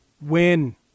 Win